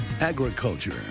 Agriculture